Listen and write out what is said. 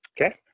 Okay